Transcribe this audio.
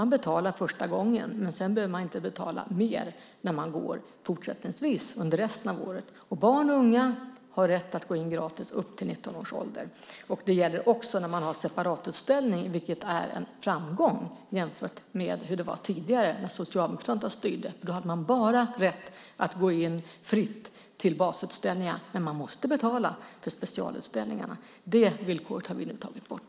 Man betalar första gången, men sedan behöver man inte betala mer när man går fortsättningsvis under resten av året. Och barn och unga har rätt att gå in gratis upp till 19 års ålder. Det gäller också när man har separatutställningar, vilket är en framgång jämfört med hur det var tidigare när Socialdemokraterna styrde. Då hade man rätt att gå in fritt bara till basutställningarna, men man måste betala för specialutställningarna. Det villkoret har vi nu tagit bort.